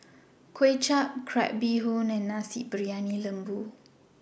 Kuay Chap Crab Bee Hoon and Nasi Briyani Lembu